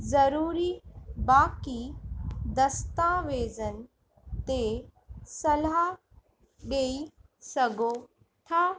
ज़रूरी बाक़ी दस्तावेज़नि ते सलाह ॾेई सघो था